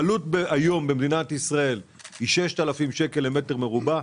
העלות היום במדינת ישראל היא 6,000 שקלים למטר מרובע,